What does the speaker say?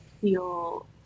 feel